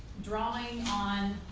drawing on